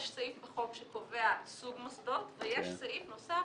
יש סעיף בחוק שקובע סוג מוסדות ויש סעיף נוסף